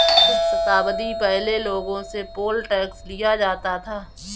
कुछ शताब्दी पहले लोगों से पोल टैक्स लिया जाता था